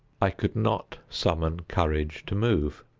i could not summon courage to move.